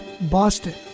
Boston